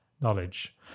Knowledge